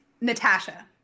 Natasha